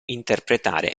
interpretare